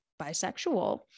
bisexual